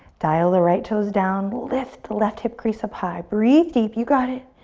dial the right toes down. lift the left hip crease up high. breathe deep. you got it.